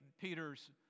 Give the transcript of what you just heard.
Peter's